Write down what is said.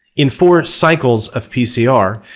in four cycles of pcr,